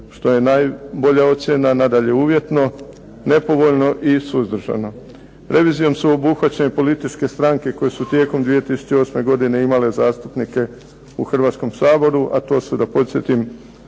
što je najbolja ocjena, nadalje uvjetno, nepovoljno i suzdržano. Revizijom su obuhvaćene političke stranke koje su tijekom 2008. godine imale zastupnike u Hrvatskom saboru, a to su, da podsjetim,